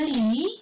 really